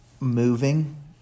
Moving